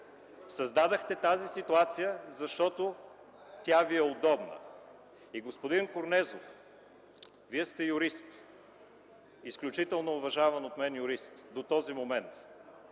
Създадохте тази ситуация, защото ви е удобна. Господин Корнезов, Вие сте юрист. Изключително уважаван от мен юрист до този момент!